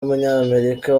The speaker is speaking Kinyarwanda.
w’umunyamerika